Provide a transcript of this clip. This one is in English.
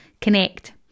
connect